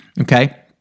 okay